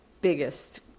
biggest